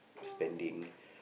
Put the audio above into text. spending